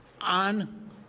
on